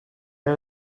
are